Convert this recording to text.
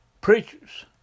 preachers